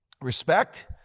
respect